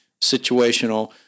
situational